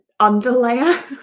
underlayer